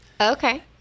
Okay